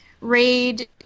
raid